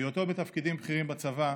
בהיותו בתפקידים בכירים בצבא,